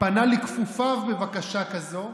פנה לכפופיו בבקשה כזאת,